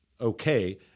okay